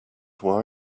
why